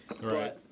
Right